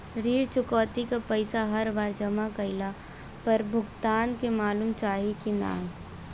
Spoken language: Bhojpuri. ऋण चुकौती के पैसा हर बार जमा कईला पर भुगतान के मालूम चाही की ना?